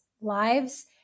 lives